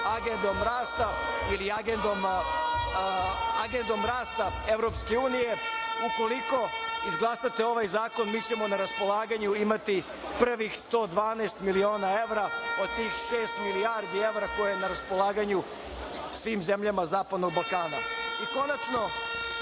Agendom rasta ili Agendom rasta EU. Ukoliko izglasate ovaj zakon mi ćemo na raspolaganju imati prvih 112 miliona evra od tih šest milijardi evra koje su na raspolaganju svim zemljama zapadnog Balkana. Konačno,